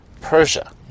Persia